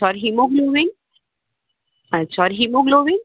sorry hemoglobin sorry hemoglobin